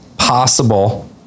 Possible